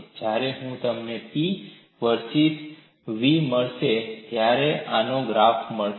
અને જ્યારે તમને P vs v મળશે ત્યારે મને આનો ગ્રાફ મળશે